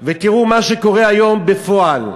תראו מה שקורה היום בפועל.